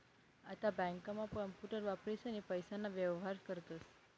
आता बँकांमा कांपूटर वापरीसनी पैसाना व्येहार करतस